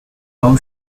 how